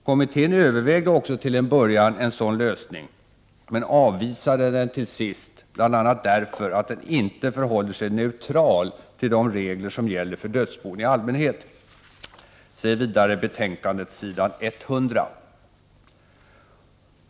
Kommittén övervägde också till en början en sådan lösning men avvisade den till sist bl.a. därför att den inte förhåller sig neutral till de regler som gäller för dödsbon i allmänhet. Se vidare betänkandet s. 100.